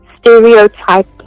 stereotype